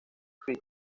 fry